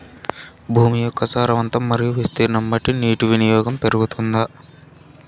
భూమి యొక్క సారవంతం మరియు విస్తీర్ణం బట్టి నీటి వినియోగం పెరుగుతుందా?